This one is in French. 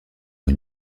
une